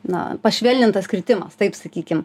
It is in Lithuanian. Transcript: na pašvelnintas kritimas taip sakykim